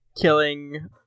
killing